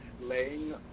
laying